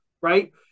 right